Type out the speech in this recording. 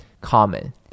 common